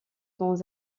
dans